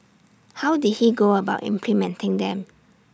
how did he go about implementing them